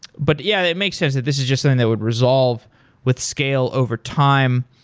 but yeah, it makes sense that this is just something that would resolve with scale overtime.